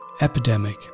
epidemic